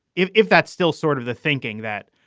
if if that's still sort of the thinking that,